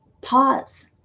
pause